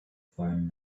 found